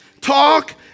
Talk